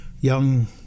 young